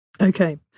Okay